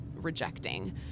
rejecting